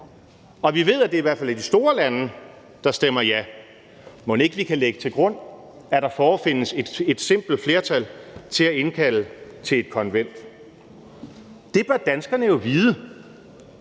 og vi ved, at det i hvert fald er de store lande, der stemmer ja. Mon ikke vi kan lægge til grund, at der forefindes et simpelt flertal til at indkalde til et konvent? Kl. 15:02 Det bør danskerne jo vide.